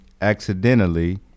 accidentally